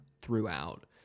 Throughout